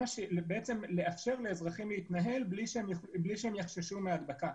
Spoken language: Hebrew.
לאפשר לאזרחים להתנהל בלי שהם יחששו מהדבקה.